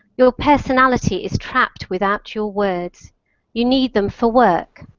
your personality is trapped without your words you need them for work,